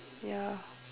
ya